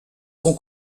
son